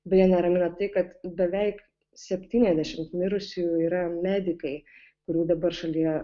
beje neramina tai kad beveik septyniasdešimt mirusiųjų yra medikai kurių dabar šalyje